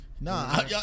Nah